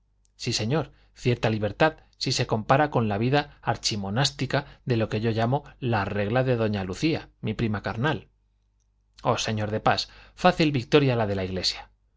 sí señor cierta libertad si se compara con la vida archimonástica de lo que yo llamo la regla de doña lucía mi prima carnal oh señor de pas fácil victoria la de la iglesia